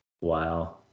Wow